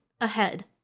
ahead